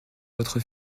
votre